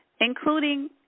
including